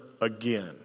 again